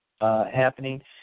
happening